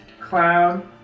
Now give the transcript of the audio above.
cloud